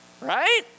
right